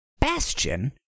Bastion